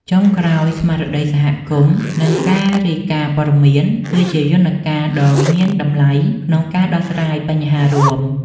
ចុងក្រោយ ស្មារតីសហគមន៍ និងការរាយការណ៍ព័ត៌មាន គឺជាយន្តការដ៏មានតម្លៃក្នុងការដោះស្រាយបញ្ហារួម។